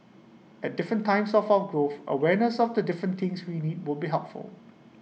at different times of our growth awareness of the different things we need would be helpful